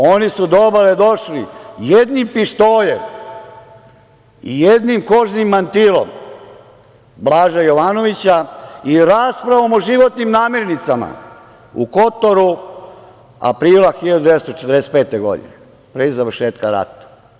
Oni su do obale došli jednim pištoljem i jednim kožnim mantilom Blaža Jovanovića i raspravom o životnim namirnicama u Kotoru, aprila 1945. godine, pre završetka rata.